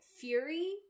fury